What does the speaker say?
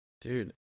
dude